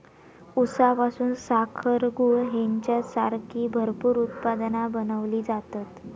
ऊसापासून साखर, गूळ हेंच्यासारखी भरपूर उत्पादना बनवली जातत